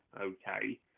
okay